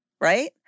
right